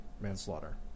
manslaughter